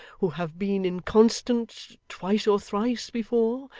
who have been inconstant twice or thrice before,